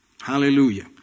Hallelujah